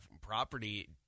property